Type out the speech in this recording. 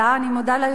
אני מודה ליושב-ראש,